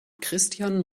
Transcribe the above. christian